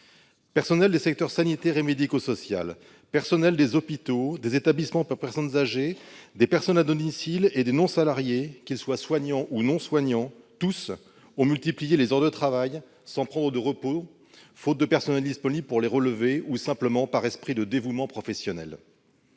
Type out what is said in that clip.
Personnels des secteurs sanitaire et médico-social, personnels des hôpitaux, des établissements pour personnes âgées, des services à domicile et personnels non salariés, qu'ils soient soignants ou non, tous ont multiplié les heures de travail, sans prendre de repos, faute de personnel disponible pour les relever, ou simplement par esprit de dévouement professionnel.